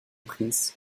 prince